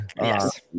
Yes